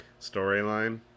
storyline